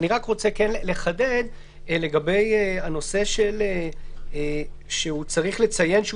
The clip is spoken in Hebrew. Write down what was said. אני רק רוצה כן לחדד לגבי זה שהוא צריך לציין שהוא